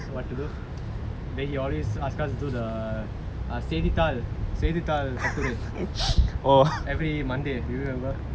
what to do then he always ask us to do the செய்தித்தாள் செய்தித்தாள் கட்டுரை: seithithaal seithithaal katturai every monday do you remember